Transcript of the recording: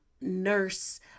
nurse